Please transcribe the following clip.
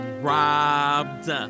robbed